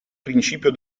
principio